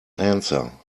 answer